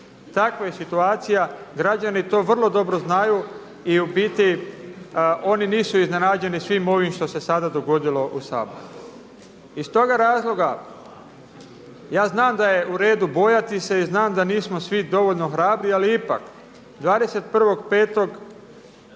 Takva je situacija, građani to vrlo dobro znaju i u biti oni nisu iznenađeni svim ovim što se sada dogodilo u Saboru. Iz toga razloga, ja znam da je u redu bojati se i znam da nismo svi dovoljno hrabri ali ipak 21.5.